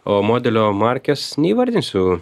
o modelio markes neįvardinsiu